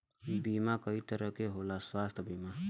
बीमा कई तरह के होता स्वास्थ्य बीमा?